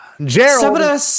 Gerald